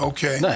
Okay